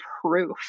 proof